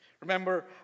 Remember